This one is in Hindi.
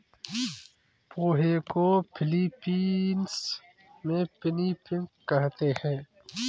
पोहे को फ़िलीपीन्स में पिनीपिग कहते हैं